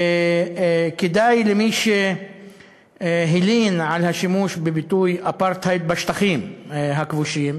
כדאי למי שהלין על השימוש בביטוי "אפרטהייד בשטחים הכבושים"